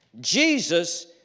Jesus